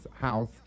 house